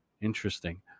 interesting